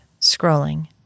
scrolling